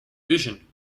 vision